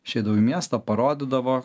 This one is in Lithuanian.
išeidavo į miestą parodydavo